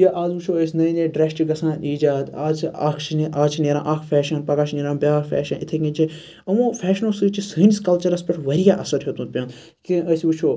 یہِ آز وٕچھو أسۍ نٔے نٔے ڈرٮ۪س چھِ گَژھان ایجاد آز چھُ اکھ چھُ نیرا آز چھُ نیران اَکھ فیشَن پَگہہ چھُ نیران بیاکھ فیشَن اِتھے کٔنۍ چھِ یِمو فیشنو سۭتۍ چھُ سٲنِس کَلچَرَس پیٚٹھ واریاہ اَثَر ہیٚوتُن پیٚون کہِ أسۍ وٕچھو